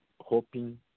Hoping